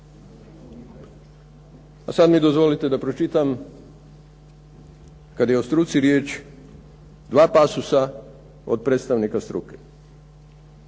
A sad mi dozvolite da pročitam kad je o struci riječ dva pasusa od predstavnika struke